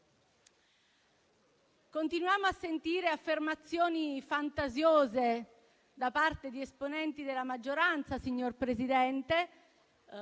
continuiamo a sentire affermazioni fantasiose da parte di esponenti della maggioranza su banchi